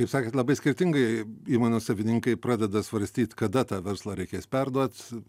kaip sakant labai skirtingai įmonių savininkai pradeda svarstyt kada tą verslą reikės perduot